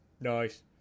Nice